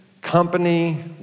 company